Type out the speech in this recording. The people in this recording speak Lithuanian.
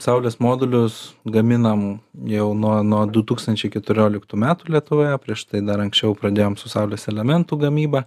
saulės modulius gaminam jau nuo nuo du tūkstančiai keturioliktų metų lietuvoje prieš tai dar anksčiau pradėjom su saulės elementų gamyba